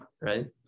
right